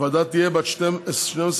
הוועדה תהיה בת 12 חברים,